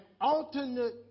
alternate